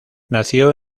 nació